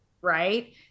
Right